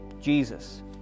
Jesus